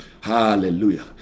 hallelujah